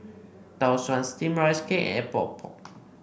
Tau Suan Steamed Rice Cake Epok Epok